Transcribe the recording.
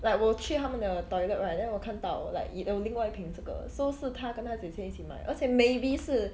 like 我去他们的 toilet right then 我看到 like 有另外一瓶这个 so 是他跟他姐姐一起买而且 maybe 是